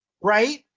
right